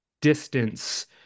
distance